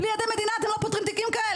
בלי עדי מדינה אתם לא פותרים תיקים כאלה.